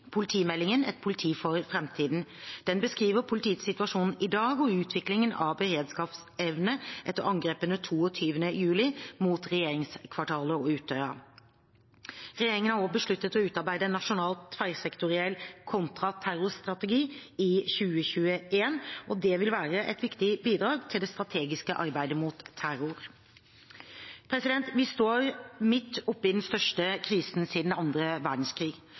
Politimeldingen – et politi for fremtiden. Den beskriver politiets situasjon i dag og utviklingen av beredskapsevnen etter angrepene 22. juli mot regjeringskvartalet og Utøya. Regjeringen har også besluttet å utarbeide en nasjonal, tverrsektoriell kontraterrorstrategi i 2021. Den vil være et viktig bidrag til det strategiske arbeidet mot terror. Vi står midt oppe i den største krisen siden annen verdenskrig.